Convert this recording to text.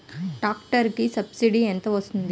Tractor కి subsidy ఎంత వస్తుంది?